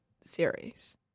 series